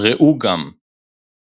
ראו גם פסקול